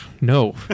no